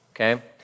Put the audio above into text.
Okay